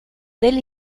del